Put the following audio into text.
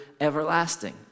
everlasting